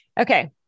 Okay